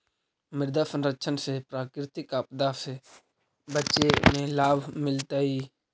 मृदा संरक्षण से प्राकृतिक आपदा से बचे में लाभ मिलतइ